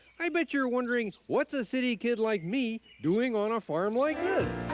i bet you're wondering, what's a city kid like me doing on a farm like this.